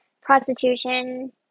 prostitution